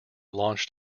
launched